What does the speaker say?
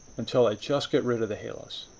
until i just get rid of the halos.